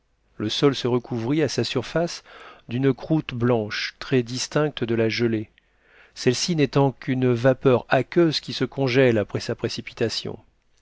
le sol se recouvrit à sa surface d'une croûte blanche très distincte de la gelée celle-ci n'étant qu'une vapeur aqueuse qui se congèle après sa précipitation